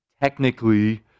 technically